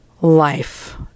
life